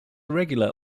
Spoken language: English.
regular